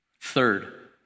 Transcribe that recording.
Third